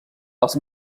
els